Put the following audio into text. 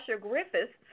Griffiths